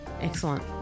Excellent